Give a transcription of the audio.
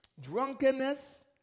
drunkenness